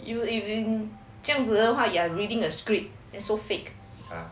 you if you 这样子的话 you are reading a script and so fake